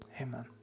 amen